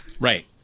Right